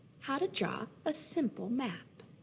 how to draw a simple map.